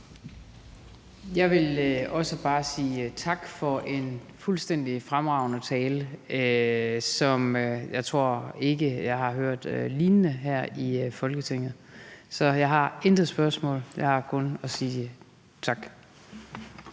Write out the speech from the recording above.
Jeg vil også bare sige tak for en fuldstændig fremragende tale her, hvis lige jeg ikke tror jeg har hørt i Folketinget. Så jeg har ikke noget spørgsmål; jeg vil kun sige tak.